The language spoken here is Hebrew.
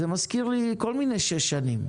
זה מזכיר לי כל מיני שש שנים.